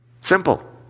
Simple